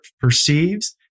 perceives